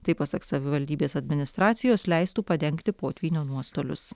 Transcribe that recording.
tai pasak savivaldybės administracijos leistų padengti potvynio nuostolius